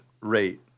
rate